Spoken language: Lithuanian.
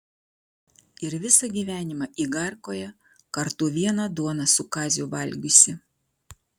ir visą gyvenimą igarkoje kartu vieną duoną su kaziu valgiusi